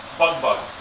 bug bug.